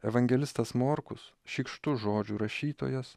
evangelistas morkus šykštus žodžių rašytojas